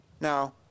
Now